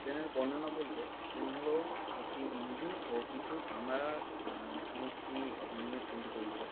ট্রেনের বর্ণনা বলতে ট্রেন হলো একটি ইঞ্জিন ও কিছু কামরার সমষ্টি নিয়ে ট্রেনটি তৈরি হয়